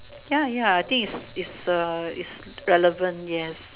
ya ya I think it's it's a it's relevant yes